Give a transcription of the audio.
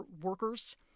workers